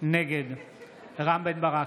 נגד רם בן ברק,